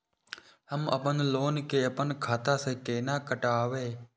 हम अपन लोन के अपन खाता से केना कटायब?